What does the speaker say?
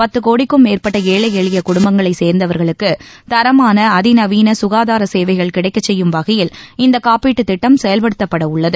பத்து கோடிக்கும் மேற்பட்ட ஏழை எளிய குடும்பங்களைச் சேர்ந்தவர்களுக்கு தரமான அதிநவீன சுகாதார சேவைகள் கிடைக்கச் செய்யும் வகையில் இந்த காப்பீட்டுத் திட்டம் செயல்படுத்தப்பட உள்ளது